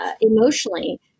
emotionally